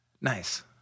Nice